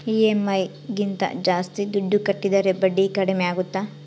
EMI ಗಿಂತ ಜಾಸ್ತಿ ದುಡ್ಡು ಕಟ್ಟಿದರೆ ಬಡ್ಡಿ ಕಡಿಮೆ ಆಗುತ್ತಾ?